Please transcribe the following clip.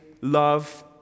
love